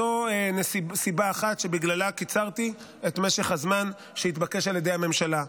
זו סיבה אחת שבגללה קיצרתי את משך הזמן שהתבקש על ידי הממשלה.